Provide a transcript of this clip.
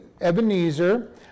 Ebenezer